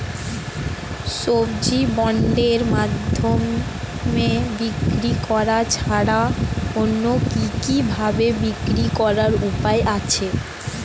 সবজি বন্ডের মাধ্যমে বিক্রি করা ছাড়া অন্য কি কি ভাবে বিক্রি করার উপায় আছে?